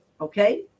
Okay